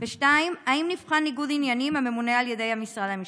2. האם נבחן ניגוד ענייני הממונה על ידי משרד המשפטים?